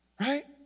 right